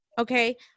Okay